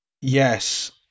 Yes